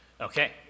Okay